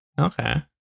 Okay